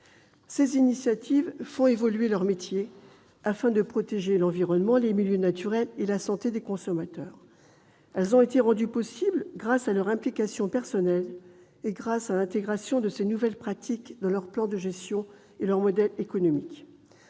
des agriculteurs font évoluer leurs métiers afin de protéger l'environnement, les milieux naturels et la santé des consommateurs. Elles ont été rendues possibles grâce à leur implication personnelle et à l'intégration de ces nouvelles pratiques dans leur plan de gestion et leur modèle économique.